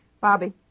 Bobby